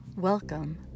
Welcome